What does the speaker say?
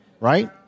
right